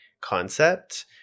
concept